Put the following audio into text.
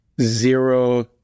zero